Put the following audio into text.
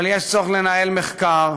אבל יש צורך לנהל מחקר,